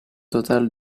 total